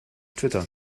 twitter